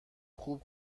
خوب